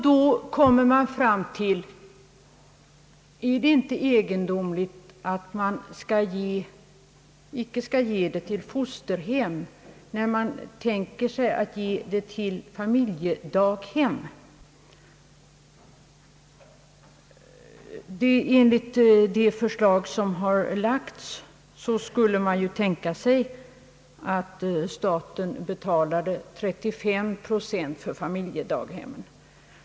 Då kommer man fram till frågan: Är det inte egendomligt att staten icke skall ge bidrag till fosterhem när man tänker sig att statsbidrag skall utgå till familjedaghem? Enligt det förslag som har lagts fram skulle ju staten betala 35 procent av kostnaden för familjedaghemmen.